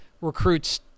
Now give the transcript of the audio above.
recruits